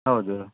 ಹೌದು